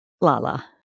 Lala